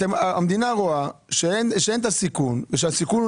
המדינה רואה שאין את הסיכון ושהסיכון הוא